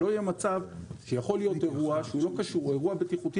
יכול להיות אירוע בטיחותי,